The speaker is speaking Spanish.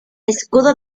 escudo